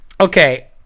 Okay